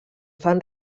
fan